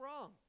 wrong